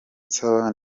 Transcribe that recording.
nsaba